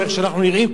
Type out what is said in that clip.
איך שאנחנו נראים,